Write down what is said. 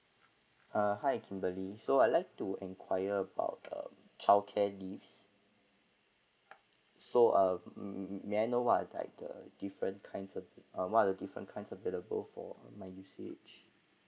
uh hi kimberly so I'll like to enquire about uh childcare leaves so um may I know what are like the different kind of what are the different kind available for my usage